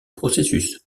processus